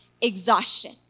exhaustion